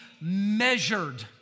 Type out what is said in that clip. measured